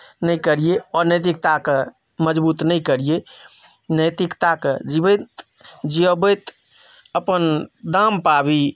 नहि करियै अनैतिकताके मजबूत नहि करियै नैतिकताके जीबैत जीअबैत अपन दाम पाबी